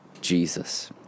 Jesus